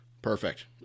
Perfect